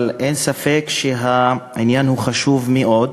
אבל אין ספק שהעניין חשוב מאוד,